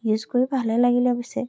use কৰি ভালেই লাগিলে পিছে